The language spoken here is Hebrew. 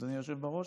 אדוני היושב בראש?